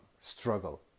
struggle